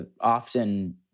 often